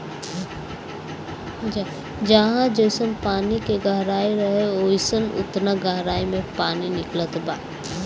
जहाँ जइसन पानी के गहराई रहे, ओइजा ओतना गहराई मे पानी निकलत बा